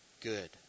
good